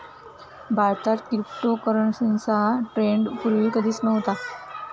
भारतात क्रिप्टोकरन्सीचा ट्रेंड पूर्वी कधीच नव्हता